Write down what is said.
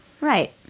Right